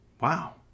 Wow